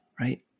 Right